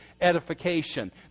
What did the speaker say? edification